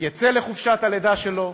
יצא לחופשת הלידה שלו,